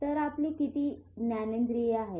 तर आपली किती ज्ञानेन्द्रिये आहेत